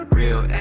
real